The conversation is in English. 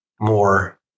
more